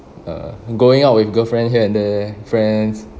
uh going out with girlfriend here and there friends